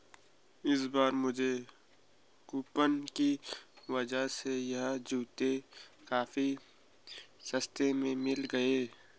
इस बार मुझे कूपन की वजह से यह जूते काफी सस्ते में मिल गए